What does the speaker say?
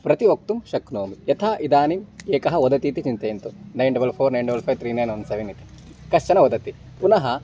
प्रति वक्तुं शक्नोमि यथा इदानीम् एकः वदति इति चिन्तयन्तु nine double four nine double five three nine one seven इति कश्चन वदति पुनः